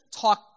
talk